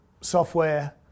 software